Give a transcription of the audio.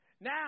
Now